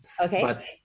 Okay